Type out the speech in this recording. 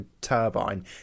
turbine